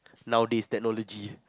nowadays technology